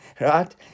Right